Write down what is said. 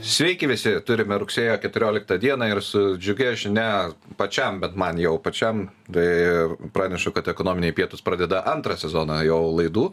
sveiki visi turime rugsėjo keturioliktą dieną ir su džiugia žinia pačiam bet man jau pačiam tai pranešu kad ekonominiai pietūs pradeda antrą sezoną jau laidų